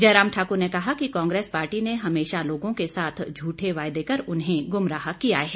जयराम ठाकुर ने कहा कि कांग्रेस पार्टी ने हमेशा लोगों के साथ झूठे वायदे कर उन्हें गुमराह किया है